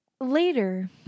Later